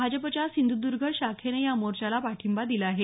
भाजपच्या सिंधुदर्ग शाखेने या मोर्चाला पाठिंबा दिला आहे